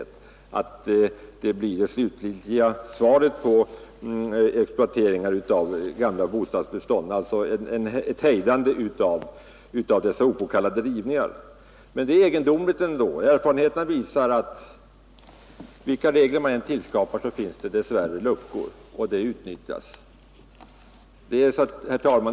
Då kanske vi kan sätta stopp för exploateringarna av gamla bostadsbestånd och hejda opåkallade rivningar. Erfarenheten visar emellertid att vilka regler man än skapar finns det alltid luckor, och de utnyttjas. Herr talman!